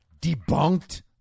debunked